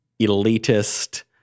elitist